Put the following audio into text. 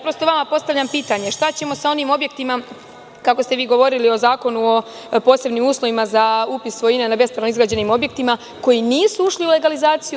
Prosto, postavljam vam pitanje – šta ćemo sa onim objektima, kako ste vi govorili o Zakonu o posebnim uslovima za upis svojine na bespravno izgrađenim objektima, koji nisu ušli u legalizaciju?